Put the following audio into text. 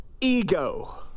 ego